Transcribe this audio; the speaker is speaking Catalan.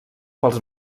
pels